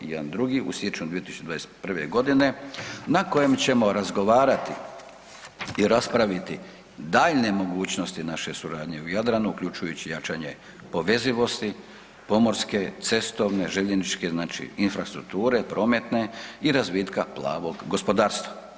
jedan drugi u siječnju 2021.g. na kojem ćemo razgovarati i raspraviti daljnje mogućnosti naše suradnje u Jadranu, uključujući jačanje povezivosti pomorske, cestovne, željezničke infrastrukture prometne i razvitka plavog gospodarstva.